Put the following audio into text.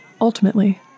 Ultimately